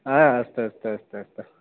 अस्तु अस्तु अस्तु अस्तु